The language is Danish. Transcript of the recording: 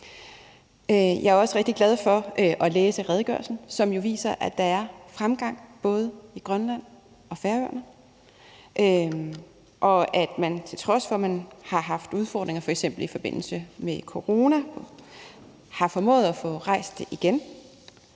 Jeg er også rigtig glad for at læse redegørelsen, som jo viser, at der er fremgang, både i Grønland og på Færøerne, og at man, til trods for at man har haft udfordringer, f.eks. i forbindelse med corona, har formået at få rejst det